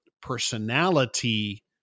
personality